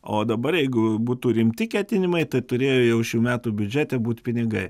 o dabar jeigu būtų rimti ketinimai tai turėjo jau šių metų biudžete būt pinigai